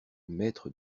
maître